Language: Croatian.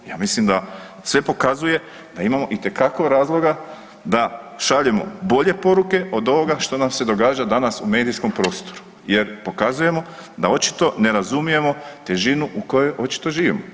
Ja mislim da sve pokazuje da imamo itekako razloga da šaljemo bolje poruke od ovoga što nam se događa danas u medijskom prostoru jer pokazujemo da očito ne razumijemo težinu u kojoj očito živimo.